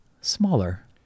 smaller